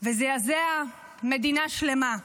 וזעזע מדינה שלמה.